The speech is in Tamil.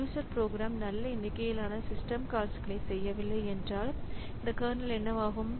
யூசர் ப்ரோக்ராம் நல்ல எண்ணிக்கையிலான சிஸ்டம் கால்ஸ்களை செய்யவில்லை என்றால் இந்த கர்னல் என்னவாகும்